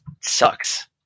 sucks